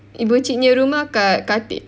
ibu cik punya rumah kat Khatib